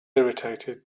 irritated